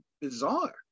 bizarre